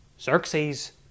Xerxes